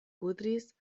kudris